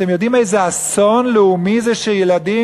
אתם יודעים איזה אסון לאומי זה שמיליון